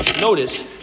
notice